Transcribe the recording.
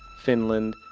finland,